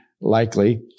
likely